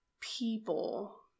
people